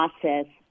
process